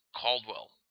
Caldwell